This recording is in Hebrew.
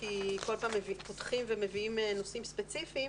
כי כל פעם פותחים ומביאים נושאים ספציפיים,